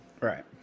Right